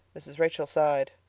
mrs. rachel sighed.